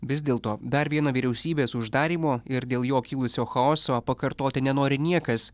vis dėlto dar vieną vyriausybės uždarymo ir dėl jo kilusio chaoso pakartoti nenori niekas